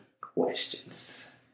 questions